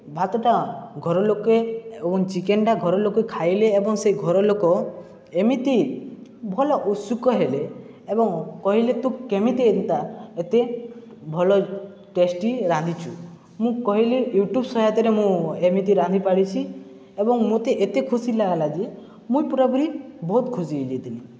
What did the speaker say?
ଭାତଟା ଘରଲୋକେ ଏବଂ ଚିକେନ୍ଟା ଘରଲୋକେ ଖାଇଲେ ଏବଂ ସେ ଘରଲୋକ ଏମିତି ଭଲ ଉତ୍ସୁକ ହେଲେ ଏବଂ କହିଲେ ତୁ କେମିତି ଏନ୍ତା ଏତେ ଭଲ ଟେଷ୍ଟି ରାନ୍ଧିଛୁ ମୁଁ କହିଲି ୟୁଟ୍ୟୁବ୍ ସହାୟତରେ ମୁଁ ଏମିତି ରାନ୍ଧି ପାରିଛି ଏବଂ ମୋତେ ଏତେ ଖୁସି ଲାଗ୍ଲା ଯେ ମୁଇଁ ପୁରାପୁରି ବହୁତ ଖୁସି ହୋଇଯାଇଥିଲି